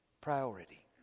priority